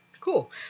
Cool